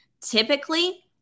Typically